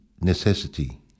necessity